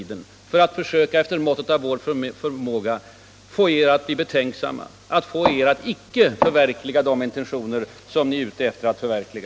Det är för att efter måttet av vår förmåga försöka göra er betänksamma, få er att icke förverkliga de intentioner som ni är ute efter att förverkliga.